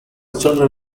children